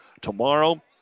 tomorrow